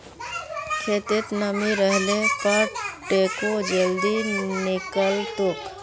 खेतत नमी रहले पर टेको जल्दी निकलतोक